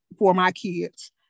formykids